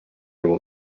will